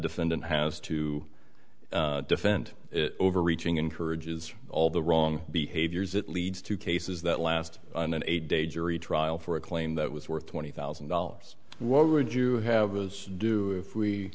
defendant has to defend overreaching encourages all the wrong behaviors it leads to cases that last an eight day jury trial for a claim that was worth twenty thousand dollars what would you have was do if we